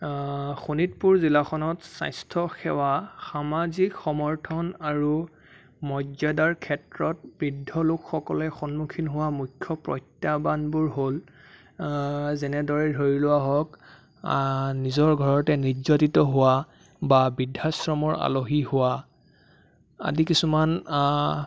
শোণিতপুৰ জিলাখনত স্বাস্থ্যসেৱা সামাজিক সমৰ্থন আৰু মৰ্য্যাদাৰ ক্ষেত্ৰত বৃদ্ধলোক সকলে সন্মুখীন হোৱা মুখ্য প্ৰত্যাহ্বানবোৰ হ'ল যেনেদৰে ধৰি লোৱা হওক নিজৰ ঘৰতে নিৰ্যাতিত হোৱা বা বৃদ্ধাশ্ৰমৰ আলহী হোৱা আদি কিছুমান